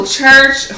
church